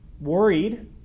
worried